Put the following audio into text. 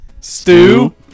Stew